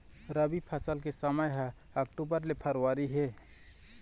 रबी फसल के समय ह अक्टूबर ले फरवरी हे